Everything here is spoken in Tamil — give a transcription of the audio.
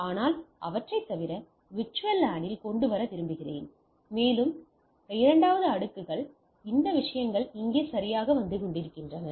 ஆனால் அவற்றை தனி VLAN இல் கொண்டு வர விரும்புகிறேன் மேலும் 2 வது அடுக்குக்குள் இந்த விஷயங்கள் இங்கே சரியாக வந்து கொண்டிருக்கின்றன